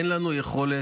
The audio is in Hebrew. אין לנו יכולת